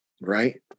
right